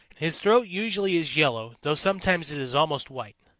his throat usually is yellow, though sometimes it is almost white.